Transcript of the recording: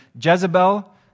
Jezebel